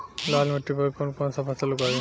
लाल मिट्टी पर कौन कौनसा फसल उगाई?